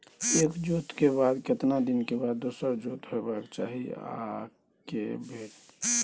एक जोत के बाद केतना दिन के बाद दोसर जोत होबाक चाही आ के बेर?